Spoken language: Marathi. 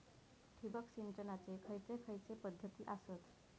ठिबक सिंचनाचे खैयचे खैयचे पध्दती आसत?